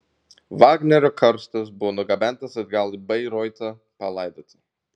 vagnerio karstas buvo nugabentas atgal į bairoitą palaidoti